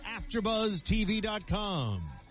AfterBuzzTV.com